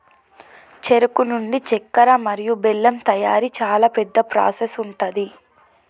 చెరుకు నుండి చెక్కర మరియు బెల్లం తయారీ చాలా పెద్ద ప్రాసెస్ ఉంటది